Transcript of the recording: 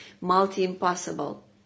multi-impossible